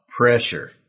pressure